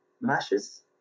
mashes